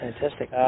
Fantastic